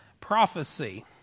prophecy